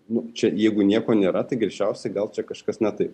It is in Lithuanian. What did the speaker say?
nu čia jeigu nieko nėra tai greičiausiai gal čia kažkas ne taip